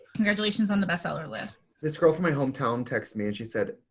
congratulations on the best seller list. this girl from my hometown texted me and she said,